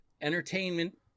entertainment